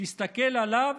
תסתכל עליו